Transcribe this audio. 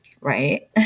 right